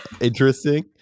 interesting